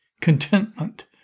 contentment